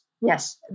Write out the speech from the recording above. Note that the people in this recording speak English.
yes